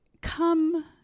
come